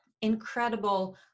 incredible